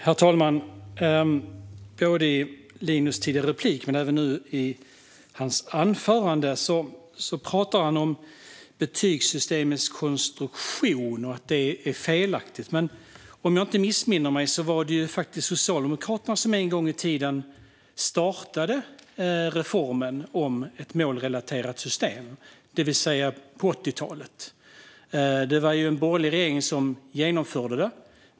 Herr talman! I Linus Skölds tidigare replik men även nu i hans anförande talar han om att betygssystemets konstruktion är felaktig. Om jag inte missminner mig var det Socialdemokraterna som en gång i tiden startade reformen om ett målrelaterat system på 80-talet. Det var en borgerlig regering som genomförde det.